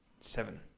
Seven